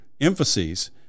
emphases